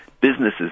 businesses